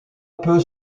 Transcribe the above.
peu